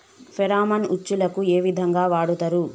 Pheromone ఉచ్చులకు ఏ విధంగా వాడుతరు?